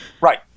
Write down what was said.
Right